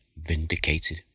vindicated